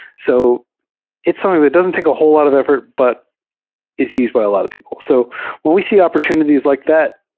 so it's something that doesn t take a whole lot of effort, but it's used by a lot of people. so when we see opportunities like that,